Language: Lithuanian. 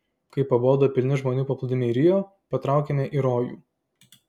kai pabodo pilni žmonių paplūdimiai rio patraukėme į rojų